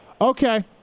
okay